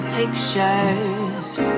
Pictures